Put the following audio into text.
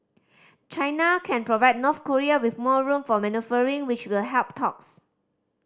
China can provide North Korea with more room for manoeuvring which will help talks